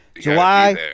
July